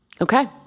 Okay